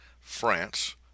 France